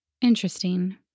Interesting